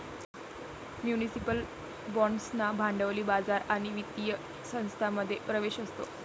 municipal बाँड्सना भांडवली बाजार आणि वित्तीय संस्थांमध्ये प्रवेश असतो